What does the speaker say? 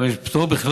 גם יש פטור בכלל,